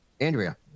Andrea